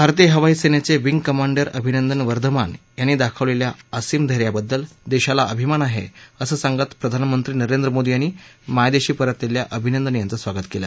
भारतीय हवाई सेनेचे विंग कमांडर अभिनंदन वर्धमान यांनी दाखवलेल्या असीम धैर्याबद्दल देशाला अभिमान आहे असं सांगत प्रधानमंत्री नरेंद्र मोदी यांनी मायदेशी परतलेल्या अभिनंदन यांचं स्वागत केलं